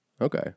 Okay